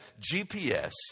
gps